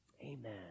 amen